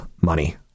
money